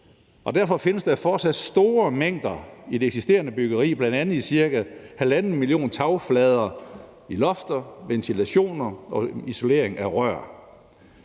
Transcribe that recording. Derfor findes der fortsat store mængder i det eksisterende byggeri, bl.a. i ca. 1,5 millioner tagflader, i lofter, ventilationer og isolering af rør.